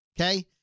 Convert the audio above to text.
Okay